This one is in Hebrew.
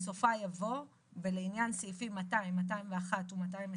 בסופה יבוא "ולעניין סעיפים 200, 201 ו-202,